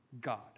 God